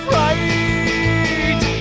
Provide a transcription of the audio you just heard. right